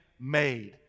made